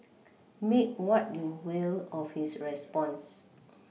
make what you will of his response